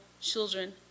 children